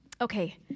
Okay